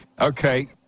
Okay